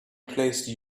placed